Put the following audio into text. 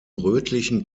rötlichen